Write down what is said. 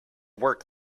work